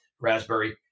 raspberry